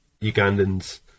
Ugandan's